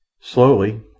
Slowly